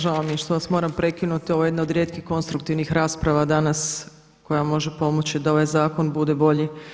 Žao mi je što vas moram prekinuti, ovo je jedna od rijetkih konstruktivnih rasprava danas koja može pomoći da ovaj zakon bude bolji.